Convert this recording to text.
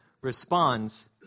responds